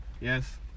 yes